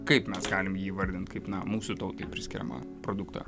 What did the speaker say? kaip mes galim jį įvardinti kaip na mūsų tautai priskiriamą produktą